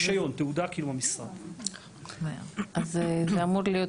אז אמורה להיות